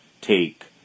take